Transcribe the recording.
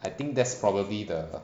I think that's probably the